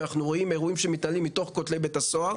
אנחנו רואים אירועים שמתנהלים מתוך כותלי בית הסוהר.